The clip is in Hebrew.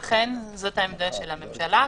אכן זו העמדה של הממשלה.